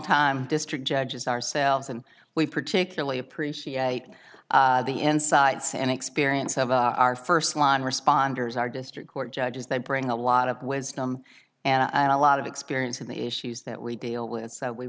time district judges ourselves and we particularly appreciate the insights and experience of our first line responders our district court judges they bring a lot of wisdom and a lot of experience in the issues that we deal with so we